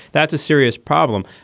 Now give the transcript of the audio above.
that's a serious problem.